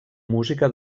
música